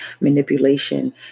manipulation